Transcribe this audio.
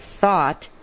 thought